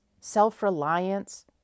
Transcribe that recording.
self-reliance